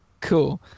cool